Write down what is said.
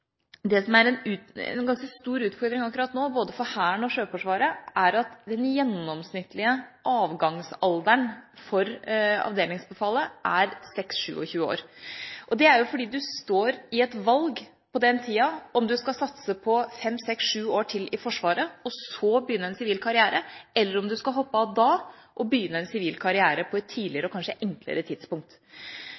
er en ganske stor utfordring akkurat nå både for Hæren og for Sjøforsvaret, er at den gjennomsnittlige avgangsalderen for avdelingsbefalet er 26–27 år. Det er fordi du står i et valg på den tida: om du skal satse på fem–seks–sju år til i Forsvaret og så begynne en sivil karriere, eller om du skal hoppe av da og begynne en sivil karriere på et tidligere